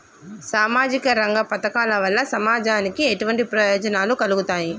సామాజిక రంగ పథకాల వల్ల సమాజానికి ఎటువంటి ప్రయోజనాలు కలుగుతాయి?